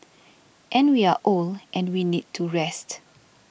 and we are old and we need to rest